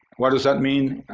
what does that mean?